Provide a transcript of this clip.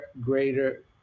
greater